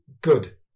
good